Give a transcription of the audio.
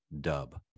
dub